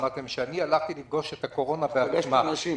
אמרתי להם שאני הלכתי לפגוש את הקורונה -- איפה פגשת אנשים,